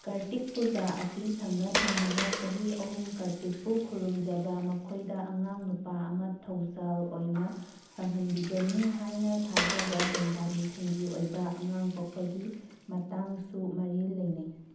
ꯀꯔꯇꯤꯛ ꯄꯨꯖꯥ ꯑꯁꯤ ꯊꯪꯅ ꯊꯪꯅꯅ ꯆꯍꯤ ꯑꯍꯨꯝ ꯀꯔꯇꯤꯛꯄꯨ ꯈꯨꯗꯨꯝꯖꯕ ꯃꯈꯣꯏꯗ ꯑꯉꯥꯡ ꯅꯨꯄꯥ ꯑꯃ ꯊꯧꯖꯥꯜ ꯑꯣꯏꯅ ꯐꯪꯍꯟꯕꯤꯒꯅꯤ ꯍꯥꯏꯅ ꯊꯥꯖꯕ ꯕꯦꯡꯒꯥꯂꯤꯁꯤꯡꯒꯤ ꯑꯣꯏꯕ ꯑꯉꯥꯡ ꯄꯣꯛꯄꯒꯤ ꯃꯇꯥꯡꯁꯨ ꯃꯔꯤ ꯂꯩꯅꯩ